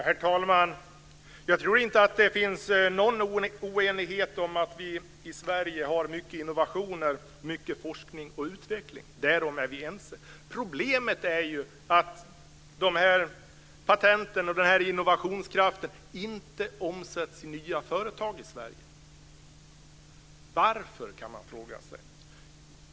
Herr talman! Jag tror inte att det finns någon oenighet om att vi i Sverige har mycket innovationer och mycket forskning och utveckling. Därom är vi ense. Problemet är ju att de här patenten och den här innovationskraften inte omsätts i nya företag i Sverige. Varför, kan man fråga sig.